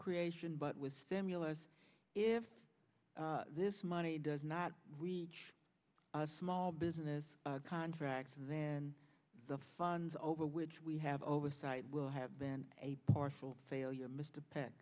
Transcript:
creation but with stimulus if this money does not reach small business contracts and then the funds over which we have oversight will have been a partial failure m